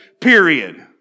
period